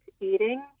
eating